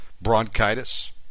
bronchitis